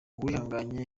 uwihanganye